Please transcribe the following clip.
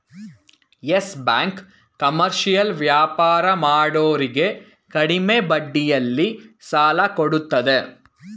Yes Bank commercial ವ್ಯಾಪಾರ ಮಾಡೋರಿಗೆ ಕಡಿಮೆ ಬಡ್ಡಿಯಲ್ಲಿ ಸಾಲ ಕೊಡತ್ತದೆ